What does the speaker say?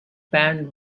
panned